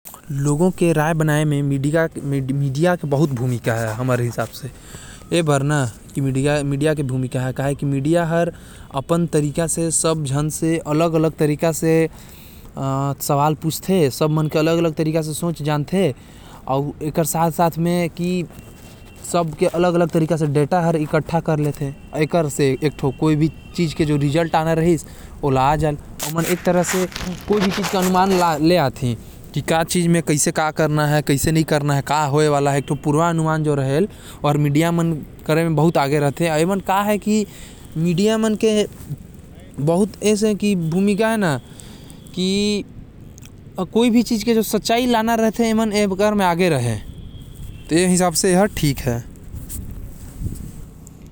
मीडिया हर लोग मन के राय बनाये म सबसे आगे हवे। काबर की मीडिया मन से टो अलग अलग सवाल पूछथे। ओकर बाद ओ आदमी के छवि मीडिया हर जैसा चाहे वैसा बना सकत हवे।